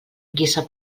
guisa